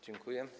Dziękuję.